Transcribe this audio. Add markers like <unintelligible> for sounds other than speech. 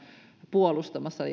puolustamassa <unintelligible>